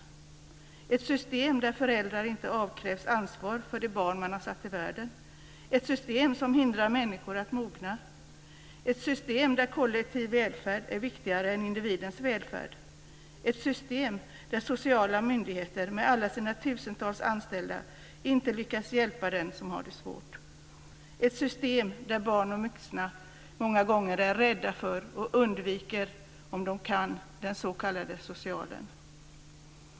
Vi har ett system där föräldrar inte avkrävs ansvar för de barn som de har satt till världen, ett system som hindrar människor från att mogna, ett system där kollektiv välfärd är viktigare än individens välfärd, ett system där sociala myndigheter med alla sina tusentals anställda inte lyckas hjälpa den som har det svårt, ett system där barn och vuxna många gånger är rädda för och om de så kan undviker den s.k. socialen.